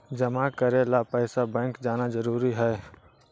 जमा करे ला पैसा बैंक जाना जरूरी है?